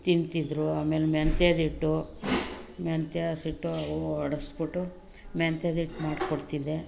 ತಿಂತಿದ್ದರು ಆಮೇಲೆ ಮೆಂತ್ಯದ ಹಿಟ್ಟು ಮೆಂತ್ಯ ಹಸಿಟ್ಟು ಹೊಡೆಸ್ಬಿಟ್ಟು ಮೆಂತ್ಯದ ಹಿಟ್ಟು ಮಾಡಿಕೊಡ್ತಿದ್ದೆ